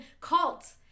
cults